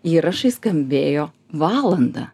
įrašai skambėjo valandą